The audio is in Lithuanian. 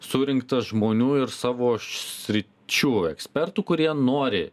surinktas žmonių ir savo sričių ekspertų kurie nori